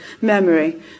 memory